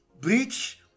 Bleach